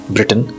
Britain